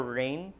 rain